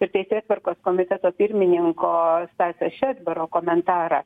ir teisėtvarkos komiteto pirmininko stasio šedbaro komentarą